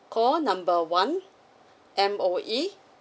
call number one M_O_E